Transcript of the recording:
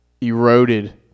eroded